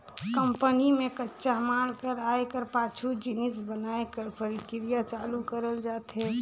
company में कच्चा माल कर आए कर पाछू जिनिस बनाए कर परकिरिया चालू करल जाथे